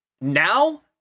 Now